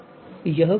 तो यह वी है